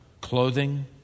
Clothing